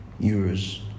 euros